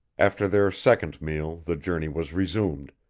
after their second meal the journey was resumed,